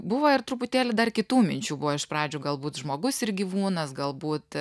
buvo ir truputėlį dar kitų minčių buvo iš pradžių galbūt žmogus ir gyvūnas galbūt